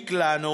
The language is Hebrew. העניק לנו